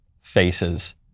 faces